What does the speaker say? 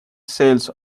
sails